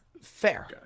Fair